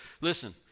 listen